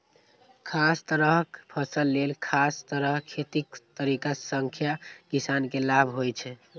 खास तरहक फसल लेल खास तरह खेतीक तरीका सं किसान के लाभ होइ छै